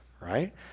right